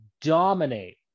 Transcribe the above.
dominate